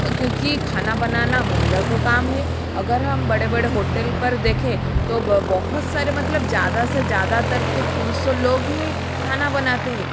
क्यूँकि खाना बनाना महिला को काम है अगर हम बड़े बड़े होटल पर देखें तो बहुत सारे मतलब ज़्यादा से ज़्यादातर के पुरुषों लोग ही खाना बनाते हैं